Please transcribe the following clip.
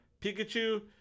Pikachu